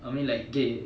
I mean like okay